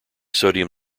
sodium